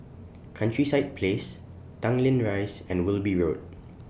Countryside Place Tanglin Rise and Wilby Road